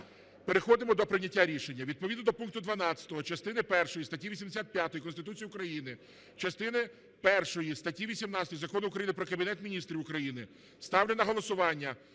Переходимо до прийняття рішення. Відповідно до пункту 12 частини першої статті 85 Конституції України, частини першої статті 18 Закону України "Про Кабінет Міністрів України" ставлю на голосування